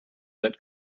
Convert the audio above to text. that